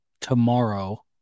tomorrow